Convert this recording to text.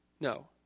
No